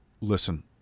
listen